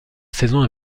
saison